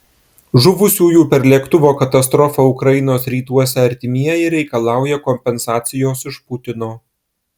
žuvusiųjų per lėktuvo katastrofą ukrainos rytuose artimieji reikalauja kompensacijos iš putino